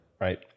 Right